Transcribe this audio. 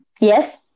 Yes